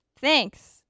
Thanks